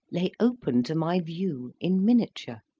lay open to my view in miniature.